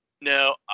No